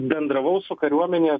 bendravau su kariuomenės